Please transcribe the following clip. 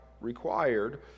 required